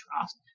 trust